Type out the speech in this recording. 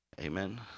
Amen